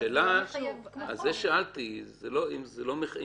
השאלה --- אבל זה לא מחייב כמו חוק.